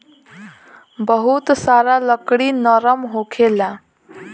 बहुत सारा लकड़ी नरम होखेला